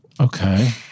Okay